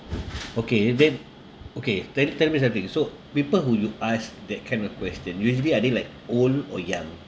okay and then okay then tell me something so people who you asked that kind of question usually are they like old or young